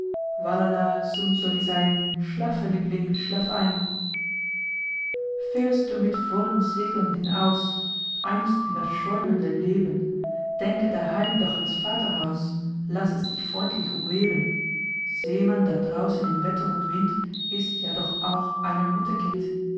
sumsolisein schlafe liebling schlaf ein fährst du mit vollen segeln hinaus einst in das schäumende leben denke daheim doch ans vaterhaus laß es dich freundlich umweben seemann da draußen in wetter und wind ist ja doch auch einer mutter kind